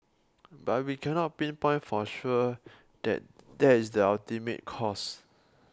but we cannot pinpoint for sure that that is the ultimate cause